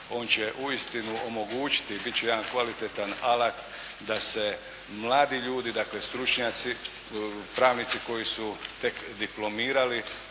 On će uistinu omogućiti i bit će jedan kvalitetan alat da se mladi ljudi, dakle stručnjaci, pravnici koji su tek diplomirali,